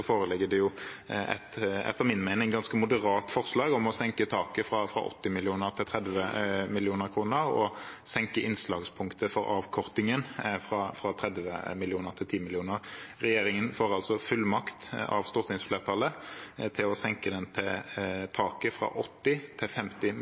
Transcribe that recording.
foreligger det et etter min mening ganske moderat forslag om å senke taket fra 80 mill. kr til 30 mill. kr, og å senke innslagspunktet for avkortingen fra 30 mill. kr til 10 mill. kr. Regjeringen får altså fullmakt av stortingsflertallet til å senke taket fra 80 mill. til